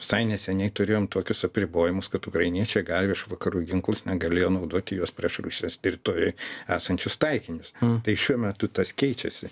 visai neseniai turėjom tokius apribojimus kad ukrainiečiai gavę iš vakarų ginklus negalėjo naudoti juos prieš rusijos teritorijoj esančius taikinius tai šiuo metu tas keičiasi